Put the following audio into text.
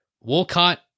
Wolcott